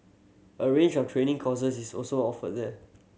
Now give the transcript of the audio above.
a range of training courses is also offered there